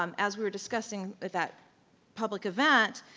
um as we were discussing with that public event,